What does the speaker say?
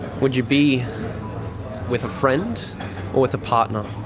would you be with a friend or with a partner,